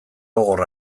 gogor